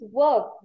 work